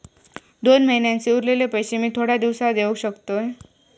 दोन महिन्यांचे उरलेले पैशे मी थोड्या दिवसा देव शकतय?